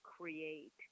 create